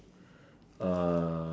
uh